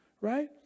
right